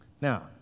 Now